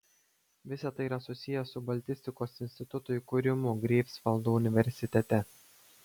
visa tai yra susiję su baltistikos instituto įkūrimu greifsvaldo universitete